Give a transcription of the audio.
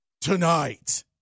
tonight